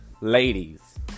Ladies